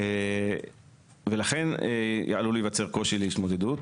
לכן עלול להיווצר קושי להתמודדות.